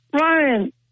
Ryan